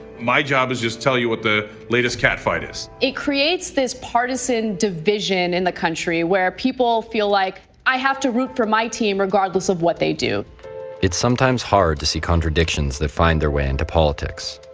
my job is just to tell you what the latest catfight is. it creates this partisan division in the country where people feel like, i have to root for my team regardless of what they do it's sometimes hard to see contradictions that find their way into politics.